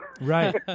Right